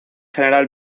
general